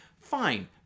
Fine